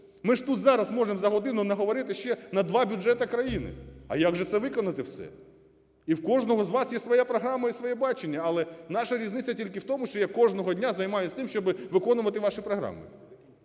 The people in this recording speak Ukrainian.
Ми ж тут зараз можемо за годину наговорити ще на два бюджети країни. А як же це виконати все? І в кожного з вас є своя програма і своє бачення, але наша різниця тільки в тому, що я кожного дня займаюся тим, щоб виконувати ваші програми.